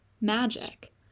magic